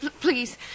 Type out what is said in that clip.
please